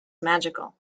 magical